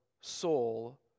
soul